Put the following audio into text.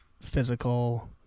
physical